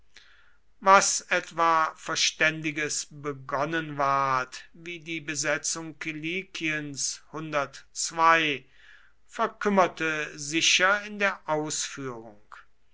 was etwa verständiges begonnen ward wie die besetzung kilikiens verkümmerte sicher in der ausführung